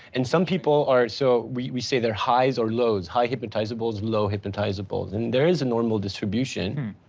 and some people are so we say their highs or lows, high hypnotizables, low hypnotizables, and there is a normal distribution.